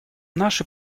наши